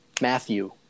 matthew